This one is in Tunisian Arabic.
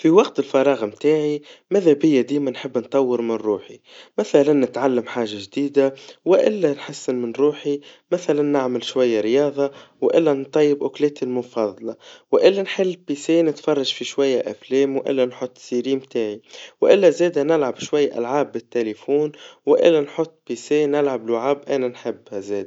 في وقت الفراغ متاعي, ميزا بيا ديما نحب نطور من روحي, مثلاً نتعلم حاجا جديدا, وإلا نحسن من روحي, مثلاً نعمل شويا رياضا, وإلا نطيب أكلاتي المفضلا, وإلا نحل بيسان نتفرج في شويا أفلام, وإلا نحط سيريم متاعي, وإلا زادا نلعب شويا ألعاب بالتليفون, وإلا نحط بيسا نلعب لوعاب أنا نحبها زاد.